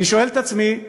אני שואל את עצמי: